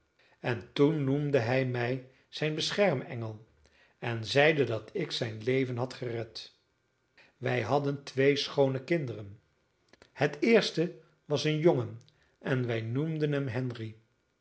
en toen noemde hij mij zijn beschermengel en zeide dat ik zijn leven had gered wij hadden twee schoone kinderen het eerste was een jongen en wij noemden hem henry